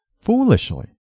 foolishly